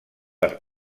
per